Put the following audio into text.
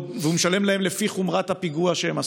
משלם להם לפי חומרת הפיגוע שהם עשו,